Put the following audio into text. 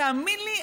תאמין לי,